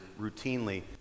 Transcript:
routinely